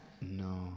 No